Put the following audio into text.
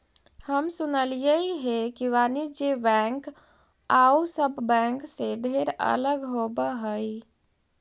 हम सुनलियई हे कि वाणिज्य बैंक आउ सब बैंक से ढेर अलग होब हई